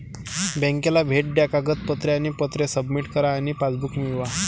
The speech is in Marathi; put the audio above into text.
बँकेला भेट द्या कागदपत्रे आणि पत्रे सबमिट करा आणि पासबुक मिळवा